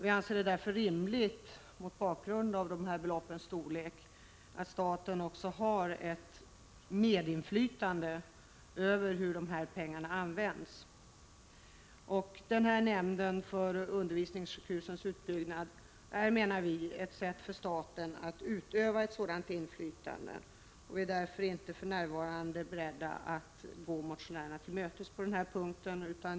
Vi anser det mot bakgrunden av dessa belopps storlek rimligt att staten skall ha ett medinflytande i frågan hur dessa medel skall användas. Vi menar att nämnden för undervisningssjukhusens utbyggnad är en väg för staten att utöva ett sådant inflytande, och vi är därför för närvarande inte beredda att gå motionärerna till mötes på denna punkt.